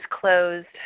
closed